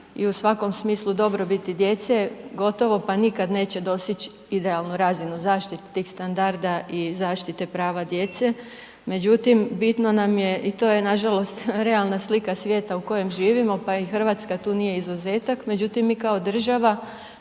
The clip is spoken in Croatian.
i u svakom smislu dobrobiti djece, gotovo pa nikad neće doseći idealnu razinu zaštite tih standarda i zaštite prava djece. Međutim, bitno nam je i to je nažalost realna slika svijeta u kojem živimo pa i Hrvatska tu nije izuzetak, međutim mi kao država,